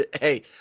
Hey